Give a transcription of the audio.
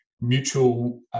mutual